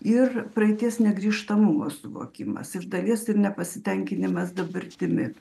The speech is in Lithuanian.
ir praeities negrįžtamumo suvokimas iš dalies ir nepasitenkinimas dabartimi